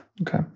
Okay